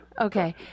Okay